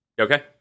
Okay